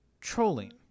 trolling